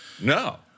No